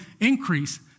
increase